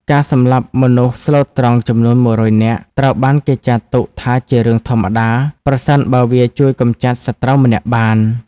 ការសម្លាប់មនុស្សស្លូតត្រង់ចំនួន ១០០ នាក់ ត្រូវបានគេចាត់ទុកថាជារឿងធម្មតា ប្រសិនបើវាជួយកម្ចាត់សត្រូវម្នាក់បាន។